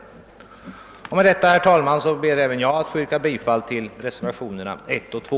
Herr talman! Med dessa ord ber även jag att få yrka bifall till reservationerna 1 och 2.